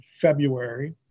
February